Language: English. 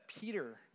Peter